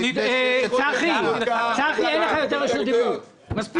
צחי, אין לך יותר רשות דיבור, מספיק.